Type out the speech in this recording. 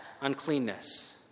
uncleanness